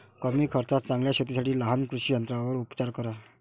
कमी खर्चात चांगल्या शेतीसाठी लहान कृषी यंत्रांवर उपचार करा